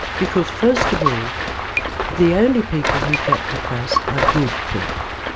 because first of all the only people who get depressed are good people.